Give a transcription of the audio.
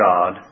God